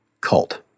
cult